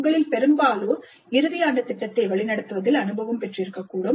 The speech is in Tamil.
உங்களில் பெரும்பாலோர் இறுதி ஆண்டு திட்டத்தை வழிநடத்துவதில் அனுபவம் பெற்றிருக்க கூடும்